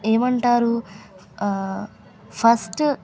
ఏమంటారు ఫస్ట్